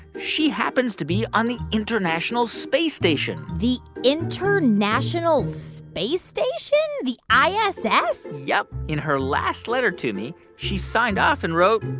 she happens to be on the international space station the international space station? the iss? and yup. in her last letter to me, she signed off and wrote,